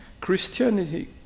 Christianity